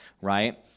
right